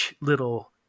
little